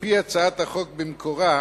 על-פי הצעת החוק במקורה,